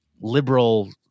liberal